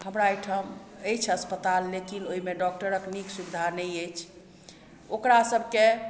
हमरा एहिठाम अछि अस्पताल लेकिन ओहि मे डॉक्टर के नीक सुविधा नहि अछि ओकरा सबके